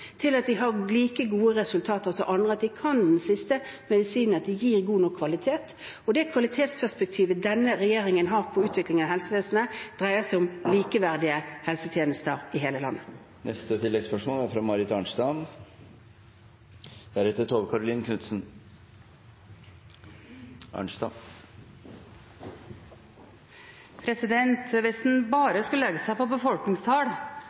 til at de har like gode resultater som andre, at de kan den siste medisinen, at de gir god nok kvalitet. Det kvalitetsperspektivet denne regjeringen har på utviklingen av helsevesenet, dreier seg om likeverdige helsetjenester i hele landet. Marit Arnstad – til oppfølgingsspørsmål. Hvis en bare skulle legge seg på befolkningstall